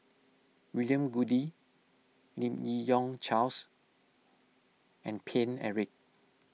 William Goode Lim Yi Yong Charles and Paine Eric